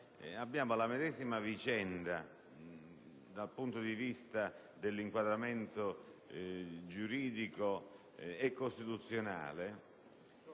La medesima vicenda, dal punto di vista dell'inquadramento giuridico e costituzionale,